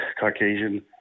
Caucasian